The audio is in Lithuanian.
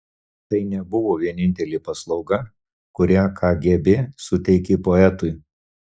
tai nebuvo vienintelė paslauga kurią kgb suteikė poetui